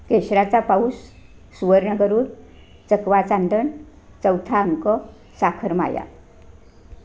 केशराचा पाऊस सुवर्णगरूर चकवा चांदण चौथा अंक साखरमाया